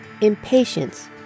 impatience